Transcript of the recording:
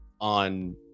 on